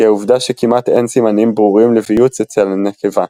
היא העובדה שכמעט אין סימנים ברורים לביוץ אצל הנקבה.